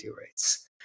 rates